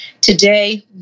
today